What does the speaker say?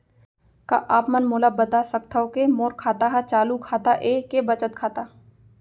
का आप मन मोला बता सकथव के मोर खाता ह चालू खाता ये के बचत खाता?